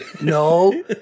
No